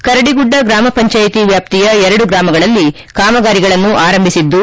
ಕರಡಿಗುಡ್ಡ ಗೂಮ ಪಂಚಾಯಿತಿ ವ್ಯಾಪ್ತಿಯ ಎರಡು ಗೂಮಗಳಲ್ಲಿ ಕಾಮಗಾರಿಗಳನ್ನು ಆರಂಭಿಸಿದ್ದು